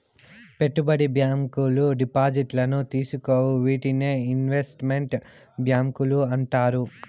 పెట్టుబడి బ్యాంకు డిపాజిట్లను తీసుకోవు వీటినే ఇన్వెస్ట్ మెంట్ బ్యాంకులు అంటారు